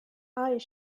eyes